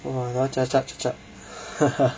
!wah!